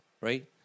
right